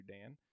Dan